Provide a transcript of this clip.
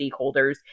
stakeholders